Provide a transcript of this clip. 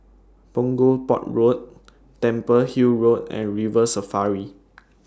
Punggol Port Road Temple Hill Road and River Safari